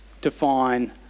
define